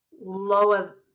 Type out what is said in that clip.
lower